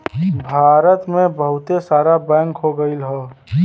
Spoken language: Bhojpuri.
भारत मे बहुते सारा बैंक हो गइल हौ